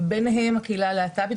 ביניהם הקהילה הלהט"בית,